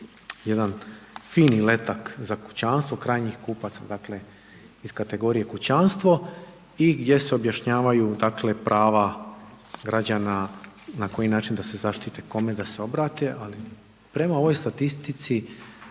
jedan fini letak za kućanstvo, krajnjih kupaca, dakle, iz kategorije kućanstvo i gdje se objašnjavaju prava građana na koji način da se zaštiti kome da se obrate, ali prema ovoj statistici,